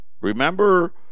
Remember